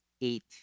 eight